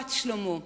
משפט שלמה.